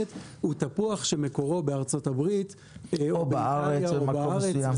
הוא תפוח שמקורו בארה"ב או באיטליה או בארץ,